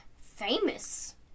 famous